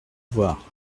voir